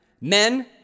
Men